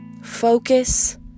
Focus